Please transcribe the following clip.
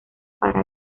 para